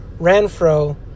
Ranfro